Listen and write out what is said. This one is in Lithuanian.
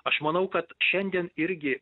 aš manau kad šiandien irgi